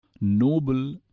noble